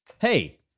Hey